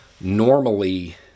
Normally